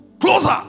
Closer